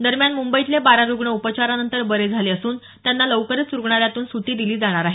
दरम्यान मुंबईतले बारा रुग्ण उपचारानंतर बरे झाले असून त्यांना लवकरच रुग्णालयातून सुटी दिली जाणार आहे